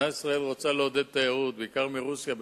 מדינת ישראל רוצה לעודד תיירות, בעיקר מרוסיה.